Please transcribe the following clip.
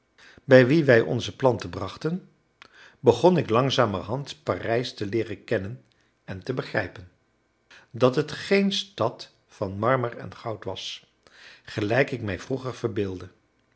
bij wie wij onze planten brachten begon ik langzamerhand parijs te leeren kennen en te begrijpen dat het geen stad van marmer en goud was gelijk ik mij vroeger verbeeldde